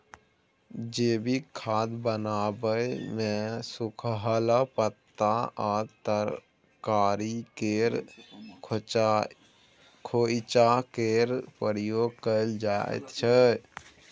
जैबिक खाद बनाबै मे सुखलाहा पात आ तरकारी केर खोंइचा केर प्रयोग कएल जाइत छै